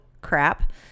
crap